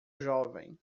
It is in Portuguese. jovem